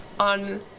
on